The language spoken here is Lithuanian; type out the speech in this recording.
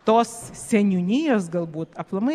tos seniūnijos galbūt aplamai